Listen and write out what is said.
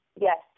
Yes